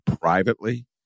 privately